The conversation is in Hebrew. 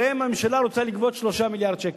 שעליהם הממשלה רוצה לגבות 3 מיליארד שקל.